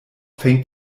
fängt